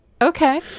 Okay